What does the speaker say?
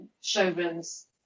showrooms